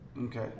Okay